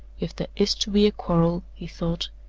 if there is to be a quarrel, he thought,